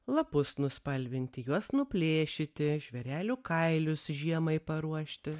lapus nuspalvinti juos nuplėšyti žvėrelių kailius žiemai paruošti